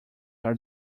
are